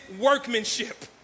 workmanship